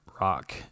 rock